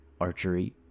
archery